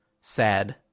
sad